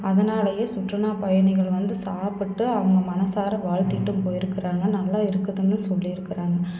அதனாலேயே சுற்றுலாப் பயணிகள் வந்து சாப்பிட்டு அவங்க மனதார வாழ்த்திட்டுப் போயிருக்கிறாங்க நல்லா இருக்குதுன்னு சொல்லியிருக்கிறாங்க